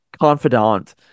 confidant